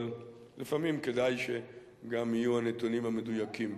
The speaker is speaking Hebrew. אבל לפעמים כדאי שגם יהיו הנתונים המדויקים.